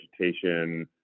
vegetation